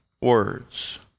words